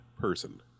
person